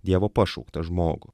dievo pašauktą žmogų